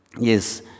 Yes